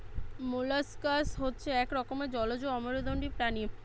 molluscs হচ্ছে এক রকমের জলজ অমেরুদন্ডী প্রাণী